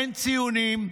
אין ציונים,